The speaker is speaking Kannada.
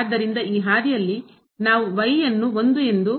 ಆದ್ದರಿಂದ ಈ ಹಾದಿಯಲ್ಲಿ ನಾವು ಅನ್ನು 1 ಎಂದು